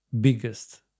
biggest